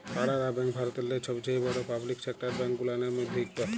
কালাড়া ব্যাংক ভারতেল্লে ছবচাঁয়ে বড় পাবলিক সেকটার ব্যাংক গুলানের ম্যধে ইকট